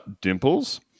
Dimples